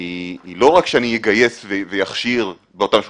היא לא רק שאני אגייס ואכשיר אנשים במשך